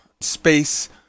space